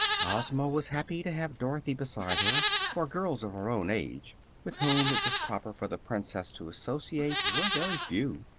ozma was happy to have dorothy beside her, for girls of her own age with whom it was proper for the princess to associate were very few,